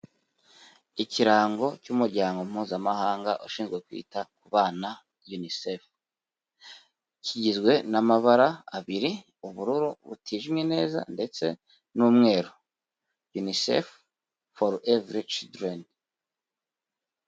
Ikirango cy'umuryango mpuzamahanga ushinzwe kwita ku bana UNICEF, kigizwe n'amabara abiri ubururu butijimye neza ndetse n'umweru, UNICEF for every children.